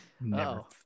No